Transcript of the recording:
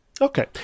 Okay